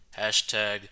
Hashtag